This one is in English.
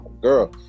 Girl